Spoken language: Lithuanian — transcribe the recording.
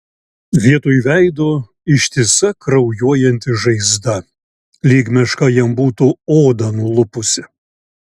vietoj veido ištisa kraujuojanti žaizda lyg meška jam būtų odą nulupusi